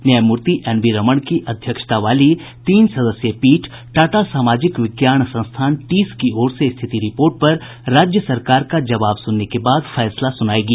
न्यायमूर्ति N V Raman की अध्यक्षता वाली तीन सदस्यीय पीठ टाटा सामाजिक विज्ञान संस्थान टिस की ओर से स्थिति रिपोर्ट पर राज्य सरकार का जवाब सुनने के बाद फैसला सुनायेगी